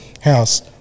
house